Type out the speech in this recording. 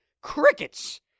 Crickets